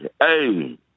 hey